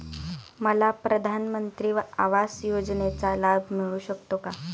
मला प्रधानमंत्री आवास योजनेचा लाभ मिळू शकतो का?